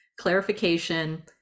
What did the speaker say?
clarification